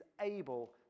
able